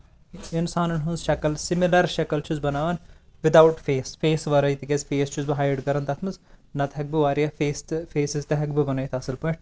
اِنسانن ۂنز شَکل سِمِلر شَکل چھُس بَناوان وِد اَوُٹ فیس یانے فیس وَرٲے تِکیازِ فیس چھُس بہٕ ہایِڈ کران تَتھ منٛز نہ تہٕ ہٮ۪کہٕ بہٕ واریاہ فیس تہٕ فیسٔز تہِ ہٮ۪کہٕ بہٕ بَنٲوِتھ اَصٕل پٲٹھۍ